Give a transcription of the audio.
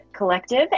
Collective